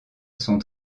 sont